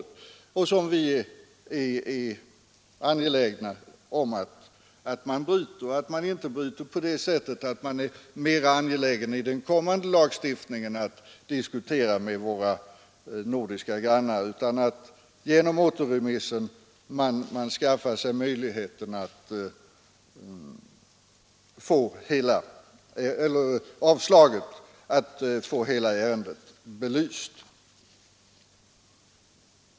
Det är missförstånd som vi är angelägna om att undanröja — men inte bara på det sättet att man i den kommande lagstiftningen är mera angelägen om att diskutera med våra nordiska grannar, utan också så att man genom avslaget skaffar sig möjligheter att få hela ärendet diskuterat på nytt.